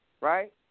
right